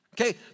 Okay